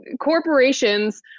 corporations